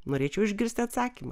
norėčiau išgirsti atsakymą